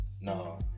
No